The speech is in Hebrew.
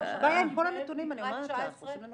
הבעיה עם כל הנתונים, אני אומרת לך, עושים לנו